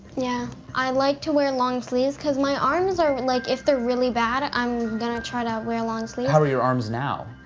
yeah, i like to wear long sleeves because my arms are like, if they're really bad, i'm gonna try to wear long sleeves. how are your arms now?